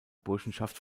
burschenschaft